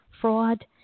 fraud